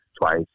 twice